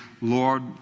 Lord